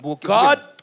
God